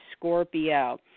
Scorpio